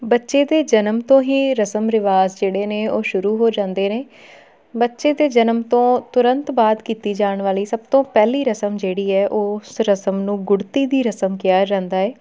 ਬੱਚੇ ਦੇ ਜਨਮ ਤੋਂ ਹੀ ਰਸਮ ਰਿਵਾਜ਼ ਜਿਹੜੇ ਨੇ ਉਹ ਸ਼ੁਰੂ ਹੋ ਜਾਂਦੇ ਨੇ ਬੱਚੇ ਦੇ ਜਨਮ ਤੋਂ ਤੁਰੰਤ ਬਾਅਦ ਕੀਤੀ ਜਾਣ ਵਾਲੀ ਸਭ ਤੋਂ ਪਹਿਲੀ ਰਸਮ ਜਿਹੜੀ ਹੈ ਉਸ ਰਸਮ ਨੂੰ ਗੁੜਤੀ ਦੀ ਰਸਮ ਕਿਹਾ ਜਾਂਦਾ ਹੈ